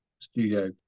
Studio